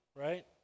right